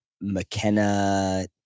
mckenna